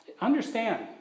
Understand